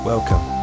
welcome